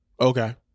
Okay